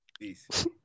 Peace